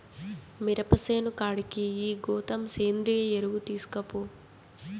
మిరప సేను కాడికి ఈ గోతం సేంద్రియ ఎరువు తీస్కపో